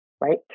right